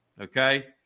Okay